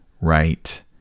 right